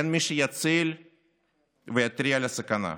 אין מי שיציל ויתריע על הסכנה.